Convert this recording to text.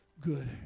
good